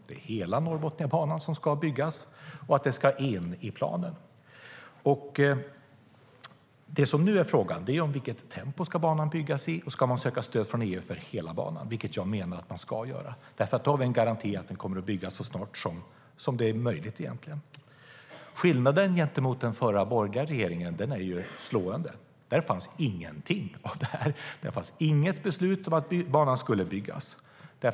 Det är hela Norrbotniabanan som ska byggas, och det ska in i planen. Skillnaden mot den borgerliga regeringen är slående. Där fanns ingenting av detta. Det fanns inget beslut om att banan skulle byggas.